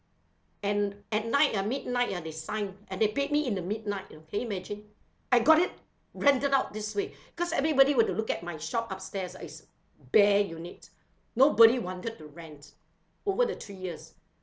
and at night ah midnight ah they sign and they paid me in the midnight you know can you imagine I got it rented out this week because everybody were to look at my shop upstairs ah is bare unit nobody wanted to rent over the three years